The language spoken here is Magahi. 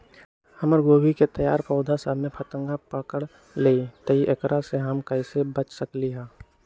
हमर गोभी के तैयार पौधा सब में फतंगा पकड़ लेई थई एकरा से हम कईसे बच सकली है?